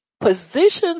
positions